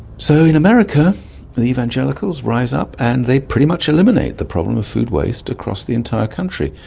so in america the evangelicals rise up and they pretty much eliminate the problem of food waste across the entire country.